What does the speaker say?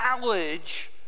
knowledge